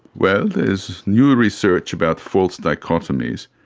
well, there's new research about false dichotomies.